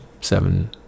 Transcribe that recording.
seven